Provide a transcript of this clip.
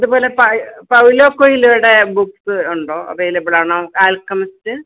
അതുപോലെ പൗലോ കുയ്ലോയുടെ ബുക്ക് ഉണ്ടോ അവൈലബിൾ ആണോ ആല്ക്കെമിസ്റ്റ്